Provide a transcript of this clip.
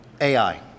AI